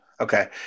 Okay